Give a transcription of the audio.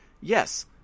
Yes